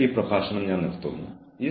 അതിനാൽ ശ്രദ്ധിച്ചതിന് വളരെ നന്ദി